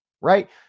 right